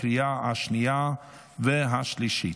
לקריאה השנייה והשלישית.